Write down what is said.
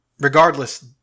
Regardless